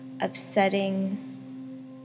upsetting